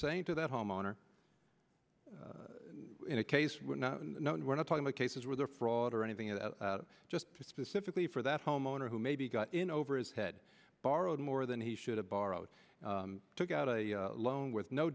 saying to the homeowner in a case we're not we're not talking the cases where they're fraud or anything of that just specifically for that homeowner who maybe got in over his head borrowed more than he should have borrowed took out a loan with no